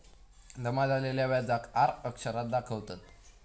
जमा झालेल्या व्याजाक आर अक्षरात दाखवतत